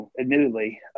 Admittedly